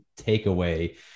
takeaway